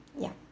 yup